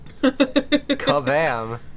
Kabam